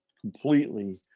completely